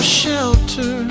shelter